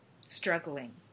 struggling